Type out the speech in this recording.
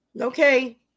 Okay